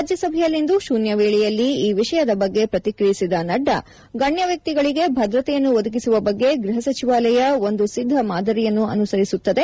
ರಾಜ್ಯಸಭೆಯಲ್ಲಿಂದು ಶೂನ್ಯ ವೇಳೆಯಲ್ಲಿ ಈ ವಿಷಯದ ಬಗ್ಗೆ ಪ್ರತಿಕ್ರಿಯಿಸಿದ ನಡ್ಡಾ ಗಣ್ಯ ವ್ಯಕ್ತಿಗಳಿಗೆ ಭದ್ರತೆಯನ್ನು ಒದಗಿಸುವ ಬಗ್ಗೆ ಗೃಹ ಸಚಿವಾಲಯ ಒಂದು ಸಿದ್ದ ಮಾದರಿಯನ್ನು ಅನುಸರಿಸುತ್ತದೆ